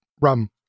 rum